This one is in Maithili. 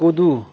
कुदू